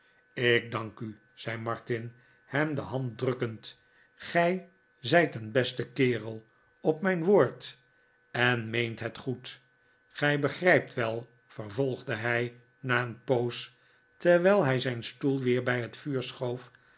ik dank u zei martin hem de hand drukkend gij zijt een beste kerel op mijn woord en meent het goed gij begrijpt wel vervolgde hij na een poos terwijl hij zijn stoel weer bij het vuur schoof